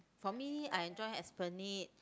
for me I enjoy Esplanade